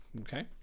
Okay